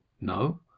No